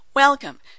Welcome